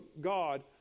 God